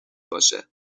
باشه